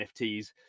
NFTs